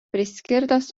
priskirtas